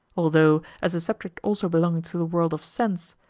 although, as a subject also belonging to the world of sense,